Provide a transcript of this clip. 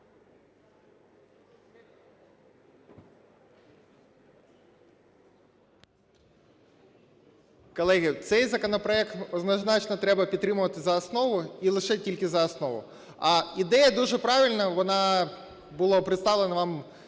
Колеги, цей законопроект однозначно треба підтримувати за основу і лише тільки за основу. А ідея дуже правильна, вона була представлена вам